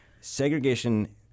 segregation